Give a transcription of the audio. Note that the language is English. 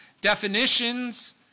Definitions